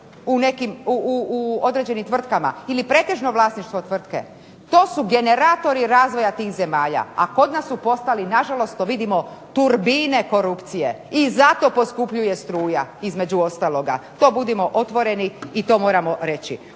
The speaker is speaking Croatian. u određenim tvrtkama, ili pretežno vlasništvo tvrtke, to su generatori razvoja tih zemalja, a kod nas su postali na žalost to vidimo turbine korupcije, i zato poskupljuje struja između ostaloga, to budimo otvoreni, i to moramo reći.